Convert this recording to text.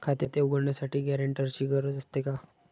खाते उघडण्यासाठी गॅरेंटरची गरज असते का?